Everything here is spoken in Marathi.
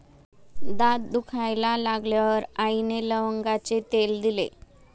दात दुखायला लागल्यावर आईने लवंगाचे तेल दिले